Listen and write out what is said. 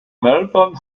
melbourne